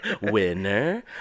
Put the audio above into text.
Winner